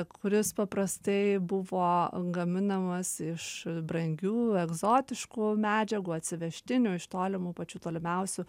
kuris paprastai buvo gaminamas iš brangių egzotiškų medžiagų atsivežtinių iš tolimų pačių tolimiausių